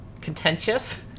Contentious